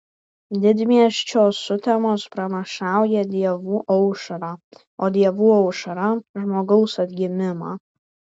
didmiesčio sutemos pranašauja dievų aušrą o dievų aušra žmogaus atgimimą